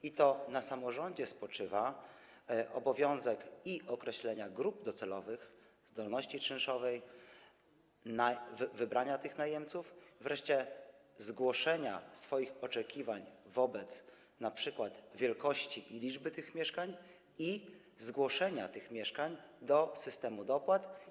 I to na samorządzie spoczywa obowiązek określenia grup docelowych, zdolności czynszowej, wybrania najemców, wreszcie zgłoszenia swoich oczekiwań wobec np. wielkości i liczby mieszkań i zgłoszenia tych mieszkań do systemu dopłat.